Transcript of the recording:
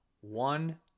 One